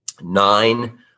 nine